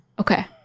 Okay